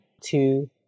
two